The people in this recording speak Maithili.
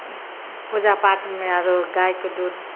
पूजा पाठमे आओर गाइके दूध